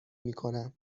میکنم